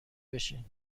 بشین